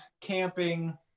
camping